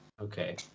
Okay